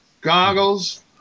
goggles